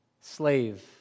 Slave